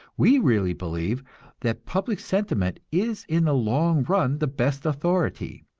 we really believe that public sentiment is in the long run the best authority,